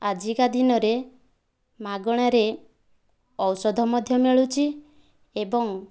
ଆଜିକା ଦିନରେ ମାଗଣାରେ ଔଷଧ ମଧ୍ୟ ମିଳୁଛି ଏବଂ